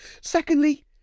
Secondly